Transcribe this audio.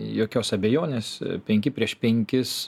jokios abejonės penki prieš penkis